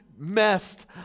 messed